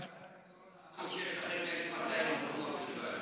אתמול בוועדת הקורונה אמרו שיש לכם 1,200 מקומות בלבד.